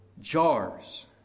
jars